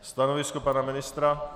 Stanovisko pana ministra?